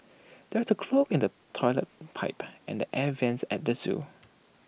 there's A clog in the Toilet Pipe and the air Vents at the Zoo